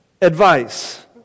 advice